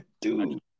Dude